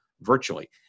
virtually